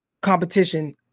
competition